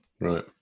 Right